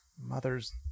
mother's